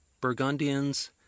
Burgundians